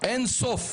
אין סוף,